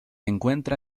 encuentra